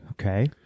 Okay